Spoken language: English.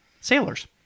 sailors